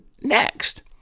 next